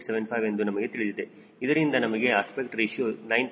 6875 ಎಂದು ನಮಗೆ ತಿಳಿದಿದೆ ಇದರಿಂದ ನಮಗೆ ಅಸ್ಪೆಕ್ಟ್ ರೇಶಿಯೋ 9